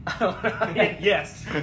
Yes